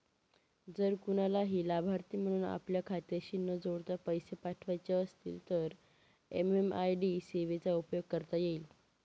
जर कुणालाही लाभार्थी म्हणून आपल्या खात्याशी न जोडता पैसे पाठवायचे असतील तर एम.एम.आय.डी सेवेचा उपयोग करता येईल